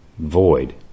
Void